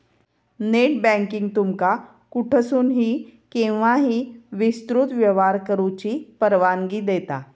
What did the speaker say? net banking तुमका कुठसूनही, केव्हाही विस्तृत व्यवहार करुची परवानगी देता